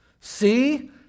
See